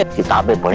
is ah but but